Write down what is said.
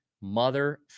mother